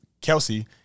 Kelsey